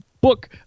book